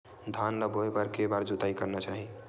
धान ल बोए बर के बार जोताई करना चाही?